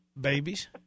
babies